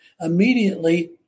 immediately